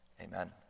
Amen